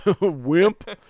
wimp